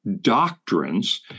doctrines